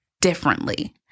differently